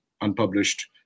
unpublished